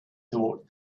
thought